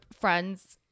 friends